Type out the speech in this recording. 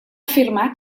afirmar